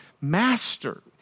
master